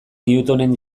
newtonen